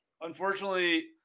Unfortunately